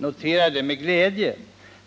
noterar det med glädje.